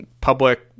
public